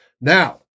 Now